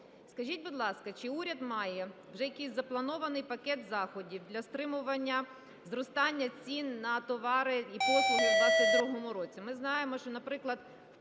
Скажіть, будь ласка, чи уряд має вже якийсь запланований пакет заходів для стримування зростання цін на товари і послуги в 22-му році? Ми знаємо, що, наприклад,